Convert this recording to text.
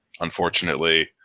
unfortunately